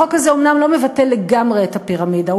החוק הזה אומנם לא מבטל לגמרי את הפירמידה,